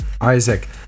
Isaac